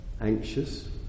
anxious